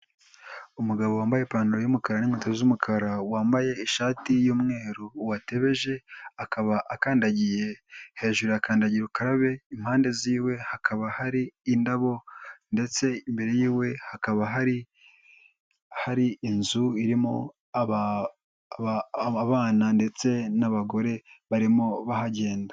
Umugabo wambaye ipantaro y'umukara n'inkweto z'umukara wambaye ishati y'umweru watebeje, akaba akandagiye hejuru ya kandagira ukarabe, impande z'iwe hakaba hari indabo ndetse imbere yiwe hakaba hari hari inzu irimo abana ndetse n'abagore barimo bahagenda.